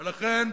ולכן,